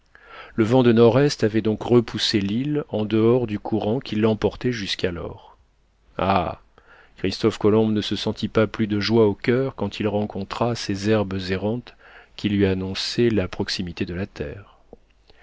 le vent de nord-est avait donc repoussé l'île en dehors du courant qui l'emportait jusqu'alors ah christophe colomb ne se sentit pas plus de joie au coeur quand il rencontra ces herbes errantes qui lui annonçaient la proximité de la terre